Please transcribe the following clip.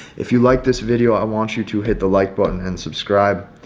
if you liked this video, i want you to hit the like button and subscribe.